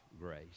grace